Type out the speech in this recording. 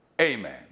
amen